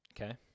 okay